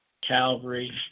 Calvary